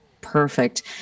perfect